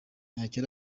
ntacyo